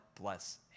bless